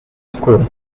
school